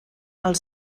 els